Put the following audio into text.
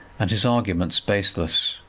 and his arguments baseless.